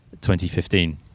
2015